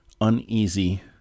uneasy